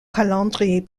calendrier